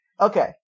Okay